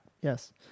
Yes